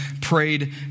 prayed